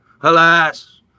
Alas